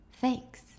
thanks